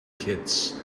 kitts